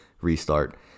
restart